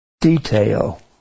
detail